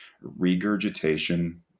regurgitation